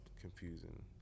confusing